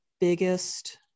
biggest